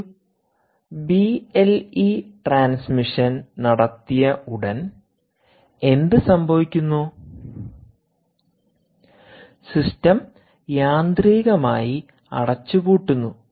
ഒരു B L E transmission നടത്തിയ ഉടൻ എന്ത് സംഭവിക്കുന്നു സിസ്റ്റം യാന്ത്രികമായി അടച്ചുപൂട്ടുന്നു